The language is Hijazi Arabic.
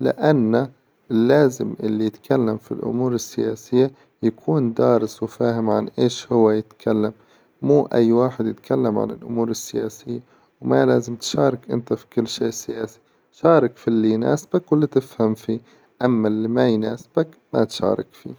لأنه اللازم إللي يتكلم في الأمور السياسية يكون دارس وفاهم عن إيش هو يتكلم مو أي واحد يتكلم عن الأمور السياسية، وما لازم تشارك إنت في كل شي سياسي شارك في إللي يناسبك وإللي تفهم فيه، أما إللي ما يناسبك ما تشارك فيه.